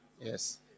Yes